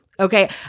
Okay